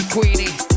Queenie